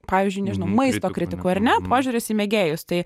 pavyzdžiui nežinau maisto kritikų ar ne požiūris į mėgėjus tai